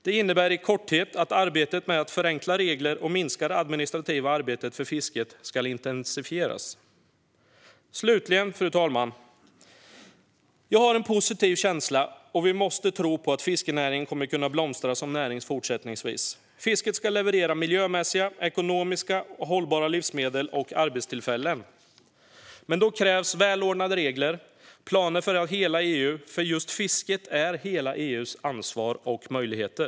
Det innebär i korthet att arbetet med att förenkla regler och minska det administrativa arbetet för fisket ska intensifieras. Slutligen, fru talman: Jag har en positiv känsla. Vi måste tro på att fiskenäringen kommer att kunna blomstra som näring fortsättningsvis. Fisket ska leverera miljömässigt och ekonomiskt hållbara livsmedel och arbetstillfällen. Men då krävs välordnade regler och planer för hela EU, för fisket är hela EU:s ansvar och möjligheter.